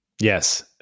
Yes